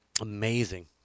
amazing